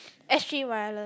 s_g wireless